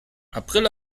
april